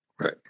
Right